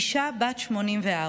אישה בת 84,